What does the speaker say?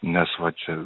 nes va čia